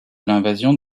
l’invasion